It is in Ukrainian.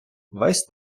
весь